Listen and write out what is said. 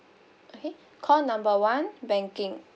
okay call number one banking